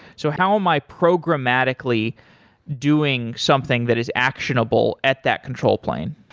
so how am i programmatically doing something that is actionable at that control plane?